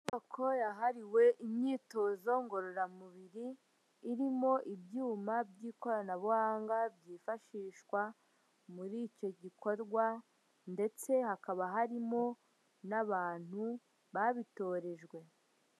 Inyubako yahariwe imyitozo ngororamubiri, irimo ibyuma by'ikoranabuhanga byifashishwa muri icyo gikorwa ndetse hakaba harimo n'abantu babitorejwe.